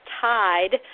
tied